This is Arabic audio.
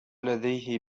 لديه